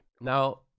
Now